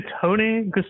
Tony